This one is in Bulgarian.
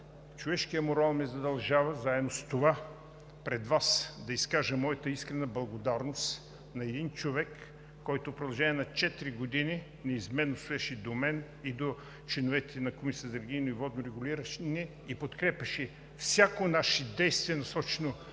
човешкият морал ме задължава заедно с това пред Вас да изкажа моята искрена благодарност на един човек, който в продължение на четири години неизменно стоеше до мен и до членовете на Комисията за енергийно и водно регулиране и подкрепяше всяко наше действие, насочено